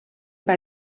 bei